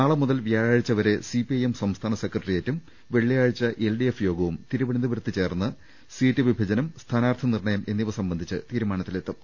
നാളെ മുതൽ വ്യാഴാഴ്ച വരെ സിപിഐഎം സംസ്ഥാന സെക്രട്ട റിയേറ്റും വെള്ളിയാഴ്ച എൽഡിഎഫ് യോഗവും തിരുവനന്തപു രത്ത് ചേർന്ന് സീറ്റ് വിഭജനം സ്ഥാനാർഥി നിർണയം എന്നിവ സംബന്ധിച്ച് തീരുമാനത്തിലെത്തും